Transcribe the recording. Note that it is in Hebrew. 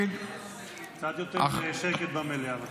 קצת יותר שקט במליאה, בבקשה.